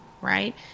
right